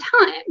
time